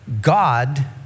God